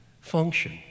function